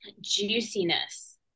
juiciness